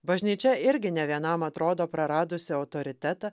bažnyčia irgi ne vienam atrodo praradusi autoritetą